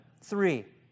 three